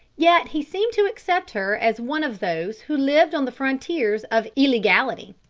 yet he seemed to accept her as one of those who lived on the frontiers of illegality.